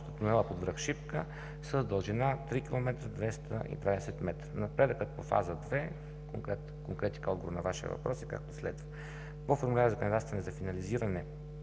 тунела под връх Шипка с дължина 3 220 км. Напредъкът по Фаза две – конкретика и отговор на Вашия въпрос, е както следва: По формуляри за кандидатстване за финансиране